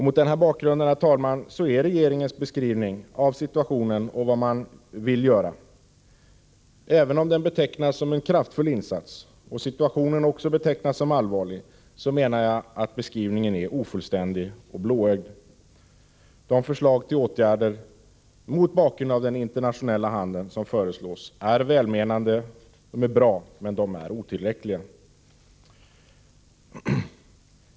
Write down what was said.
Mot den bakgrunden, herr talman, är regeringens beskrivning av situationen och av vad man vill göra — även om insatserna betecknas som kraftfulla och situationen också beskrivs som allvarlig — ofullständig och blåögd. De åtgärder som föreslås är välmenande och bra, men de är, mot bakgrund av den internationella handeln, otillräckliga.